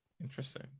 Interesting